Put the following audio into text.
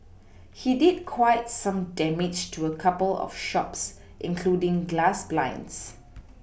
he did quite some damage to a couple of shops including glass blinds